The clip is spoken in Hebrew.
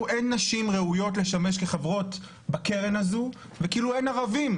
אין נשים ראויות לשמש כחברות בקרן הזו וכאילו אין ערבים